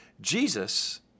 Jesus